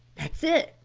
that's it,